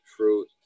Fruit